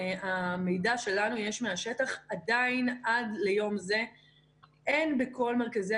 מהמידע שיש לנו מהשטח עדיין עד ליום זה אין בכל מרכזי